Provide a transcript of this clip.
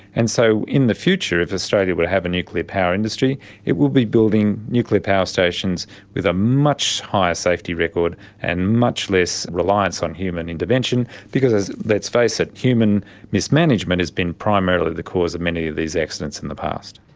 and so in the future if australian were to have a nuclear power industry it would be building nuclear power stations with a much higher safety record and much less reliance on human intervention, because, let's face it, human mismanagement has been primarily the cause of many of these accidents in the past.